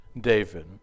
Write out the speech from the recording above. David